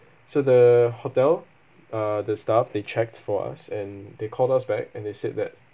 so the hotel ah the staff they checked for us and they called us back and they said that